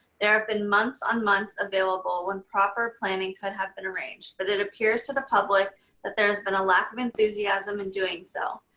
there have been months on months available when proper planning could have been arranged, but it appears to the public that there has been a lack enthusiasm in and doing so.